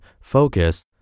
Focus